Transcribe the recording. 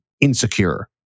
insecure